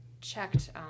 checked